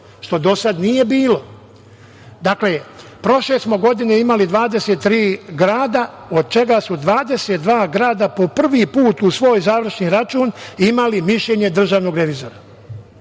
što do sada nije bilo. Dakle, prošle smo godine imali 23 grada, od čega su 22 grada po prvi put u svoj završni račun imali mišljenje državnog revizora.